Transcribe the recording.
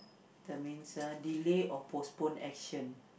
that means ah delay or postpone action